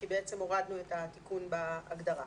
כי בעצם הורדנו את התיקון בהגדרה.